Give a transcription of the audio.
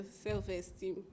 self-esteem